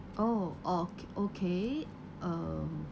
oh oka~ okay um